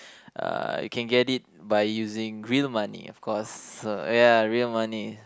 uh you can get it by using real money of course so ya real money